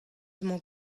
emañ